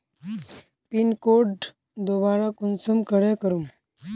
Pin code दोबारा कुंसम करे करूम?